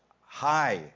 high